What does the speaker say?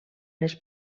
les